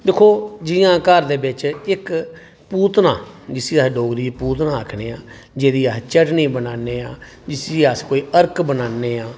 दिक्खो जि'यां घर दे बिच्च इक पूतना जिसी अस डोगरी च पूतना आखने आं जेह्दी अस चट्टनी बनाने आं जिसी अस कोई अर्क बनाने आं